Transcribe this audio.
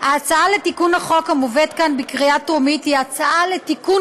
ההצעה לתיקון החוק המובאת כאן בקריאה טרומית היא הצעה לתיקון